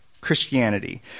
Christianity